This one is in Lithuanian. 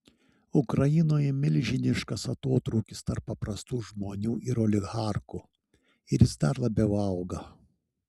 ukrainoje milžiniškas atotrūkis tarp paprastų žmonių ir oligarchų ir jis dar labiau auga